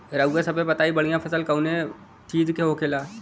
रउआ सभे बताई बढ़ियां फसल कवने चीज़क होखेला?